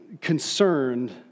concerned